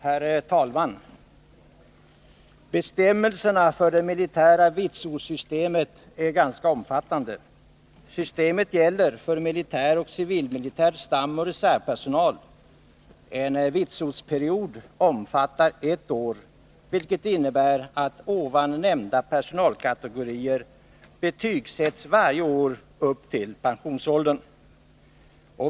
Herr talman! Bestämmelserna för det militära vitsordssystemet är ganska omfattande. Systemet gäller för militär och civilmilitär stamoch reservpersonal. En vitsordsperiod omfattar ett år, vilket innebär att de nämnda personalkategorierna betygsätts varje år upp till pensionsåldern.